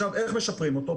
עכשיו, איך משפרים אותו?